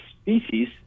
species